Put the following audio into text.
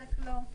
לחלק לא.